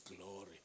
glory